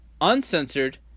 uncensored